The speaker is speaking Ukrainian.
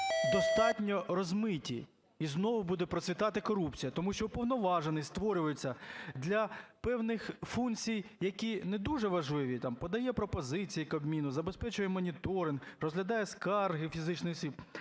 достатньо розмиті, і знову буде процвітати корупція. Тому що уповноважений створюється для певних функцій, які не дуже важливі, там подає пропозиції Кабміну, забезпечує моніторинг, розглядає скарги фізичних осіб,